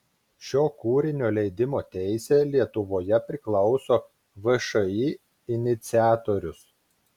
šio kūrinio leidimo teisė lietuvoje priklauso všį iniciatorius